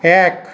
এক